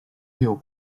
有关